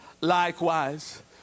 likewise